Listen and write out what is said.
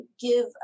give